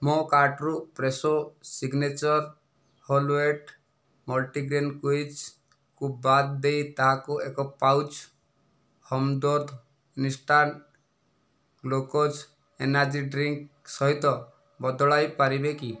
ମୋ' କାର୍ଟ୍ରୁ Fresho signature whole wheat multigrain କୁଇଜ୍କୁ ବାଦ ଦେଇ ତାହାକୁ ଏକ pouch Hamdard instant glucose energy drink ସହିତ ବଦଳାଇ ପାରିବେ କି